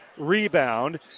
rebound